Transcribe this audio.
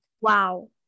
wow